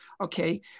Okay